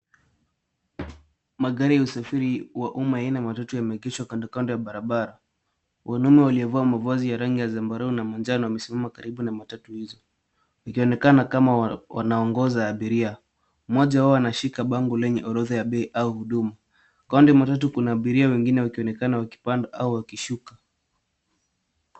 Magari ya usafiri wa umma aina ya matatu yameegeshwa kando kando ya barabara. Wanaume waliovaa mavazi ya rangi ya zambarau na njano wamesimama karibu na matatu hizo, ikionekana kama wanaongoza abiria. Mmoja wao anashika bango lenye orodha ya bei au huduma. Kando ya matatu kuna abiria wengine wakionekana wakipanda au wakishuka.